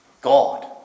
God